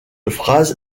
phrase